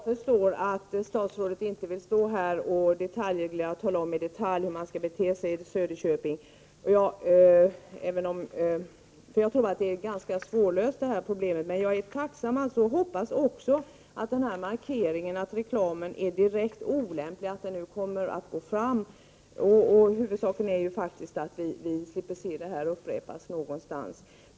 Herr talman! Jag förstår att statsrådet inte vill stå här och i detalj tala om, hur man skall bete sig i Söderköping. Jag tror också att problemet är ganska svårlöst. Men jag är tacksam över markeringen att reklam är direkt olämplig och hoppas att detta kommer att gå fram. Huvudsaken är faktiskt att vi slipper se saken upprepas någonstans.